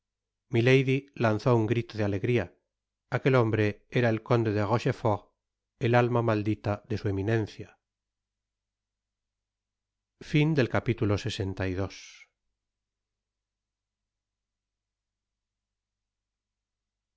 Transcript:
milady lanzó un grito de alegria aquel hombre era el coade de rockefort el alma maldita de sa eminencia content from